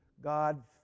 God